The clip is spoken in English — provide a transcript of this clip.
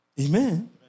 Amen